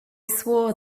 swore